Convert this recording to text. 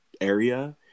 area